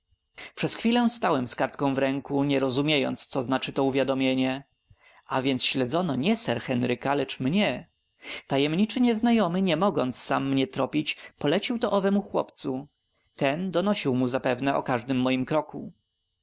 przez chwilę stałem z kartką w ręku nie rozumiejąc co znaczy to uwiadomienie a więc śledzono nie sir henryka lecz mnie tajemniczy nieznajomy nie mogąc sam mnie tropić polecił to owemu chłopcu ten donosił mu zapewne o każdym moim kroku